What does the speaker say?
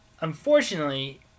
unfortunately